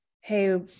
hey